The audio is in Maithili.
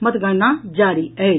मतगणना जारी अछि